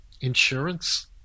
insurance